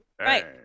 Right